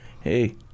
Hey